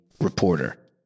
reporter